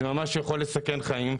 זה ממש יכול לסכן חיים.